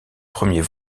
premier